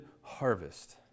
harvest